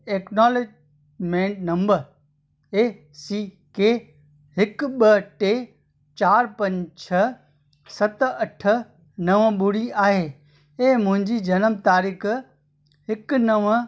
acknowledgement number A C K हिकु ॿ टे चार पंज छह सत अठ नव ॿुड़ी आहे ऐं मुंहिंजी जन्म तारीख़ हिकु नव